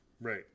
Right